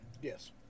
Yes